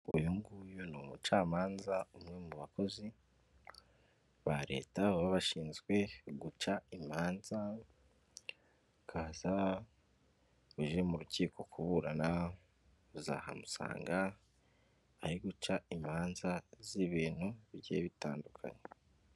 Uyu nguyu ni umucamanza, umwe mu bakozi ba leta baba bashinzwe guca imanza, uzaza uje mu rukiko kuburana uzahamusanga ari guca imanza z'ibintu bigiye bitandukanye.